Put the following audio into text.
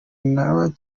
n’abanye